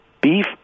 beef